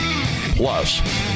Plus